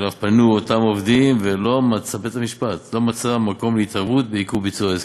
כשפנו אותם עובדים בית-המשפט לא מצא מקום להתערבות בעיכוב ביצוע ההסכם,